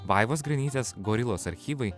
vaivos grainytės gorilos archyvai